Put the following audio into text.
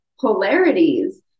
polarities